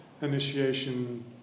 initiation